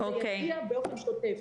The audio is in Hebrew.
שזה יגיע באופן שוטף.